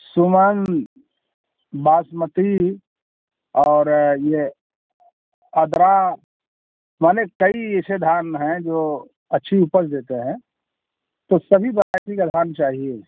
सुमन बासमती और ये आद्रा माने कई एसे धान हैं जो अच्छी उपज देते हैं तो सभी बरायटी का धान चाहिए